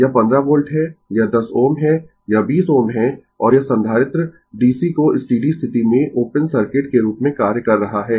यह 15 वोल्ट है यह 10 Ω है यह 20 Ω है और यह संधारित्र DC को स्टीडी स्थिति में ओपन सर्किट के रूप में कार्य कर रहा है